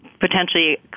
Potentially